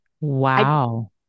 Wow